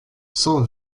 cent